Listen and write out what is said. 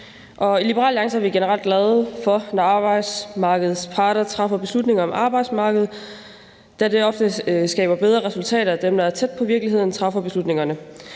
i Liberal Alliance er vi generelt glade, når arbejdsmarkedets parter træffer beslutninger om arbejdsmarkedet, da det ofte skaber bedre resultater, at dem, der er tæt på virkeligheden, træffer beslutningerne.